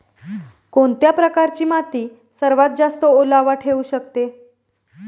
कोणत्या प्रकारची माती सर्वात जास्त ओलावा ठेवू शकते?